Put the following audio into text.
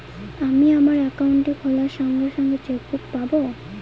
আমি আমার একাউন্টটি খোলার সঙ্গে সঙ্গে চেক বুক পাবো?